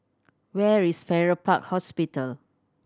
where is Farrer Park Hospital